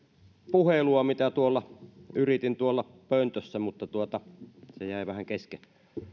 puhelua mitä yritin tuolla pöntössä mutta joka jäi vähän kesken